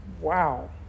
wow